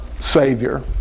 Savior